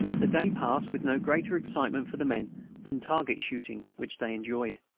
the day passed with no greater excitement for the men than target-shooting, which they enjoyed.